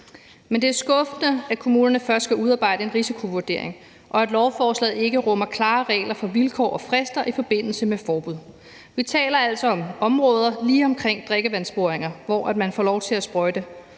Men det er skuffende, at kommunerne først skal udarbejde en risikovurdering, og at lovforslaget ikke rummer klare regler for vilkår og frister i forbindelse med forbud. Vi taler altså om områder lige omkring drikkevandsboringer, hvor man får lov til at sprøjte